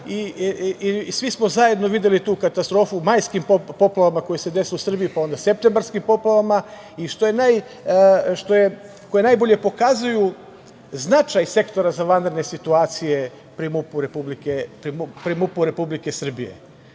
i svi smo zajedno videli tu katastrofu u majskim poplavama koje su se desile u Srbiji, pa onda u septembarskim poplavama i koje najbolje pokazuju značaj sektora za vanredne situacije pri MUP-u Republike Srbije,